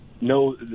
No